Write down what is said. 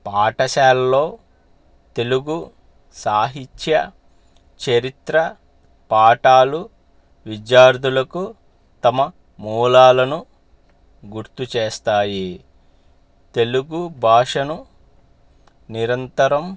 పాఠశాలల్లో తెలుగు సాహిత్య చరిత్ర పాఠాలు విద్యార్థులకు తమ మూలాలను గుర్తు చేస్తాయి తెలుగు భాషను నిరంతరం